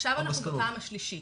עכשיו אנחנו בפעם השלישית.